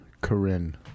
Corinne